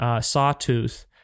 sawtooth